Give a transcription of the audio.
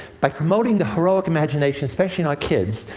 by promoting the heroic imagination, especially in our kids,